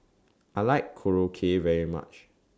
I like Korokke very much